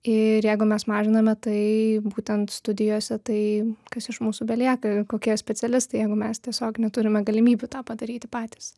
ir jeigu mes mažiname tai būtent studijose tai kas iš mūsų belieka ir kokie specialistai jeigu mes tiesiog neturime galimybių tą padaryti patys